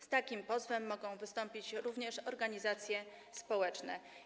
Z takim pozwem mogą wystąpić również organizacje społeczne.